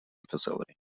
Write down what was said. facility